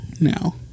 Now